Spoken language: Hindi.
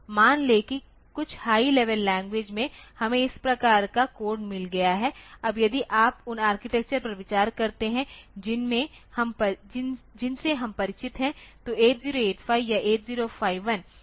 मान लें कि कुछ हाई लेवल लैंग्वेज में हमें इस प्रकार का कोड मिल गया है अब यदि आप उन आर्किटेक्चर पर विचार करते हैं जिनसे हम परिचित हैं तो 8085 या 8051 तक